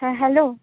ᱦᱮᱸ ᱦᱮᱞᱳ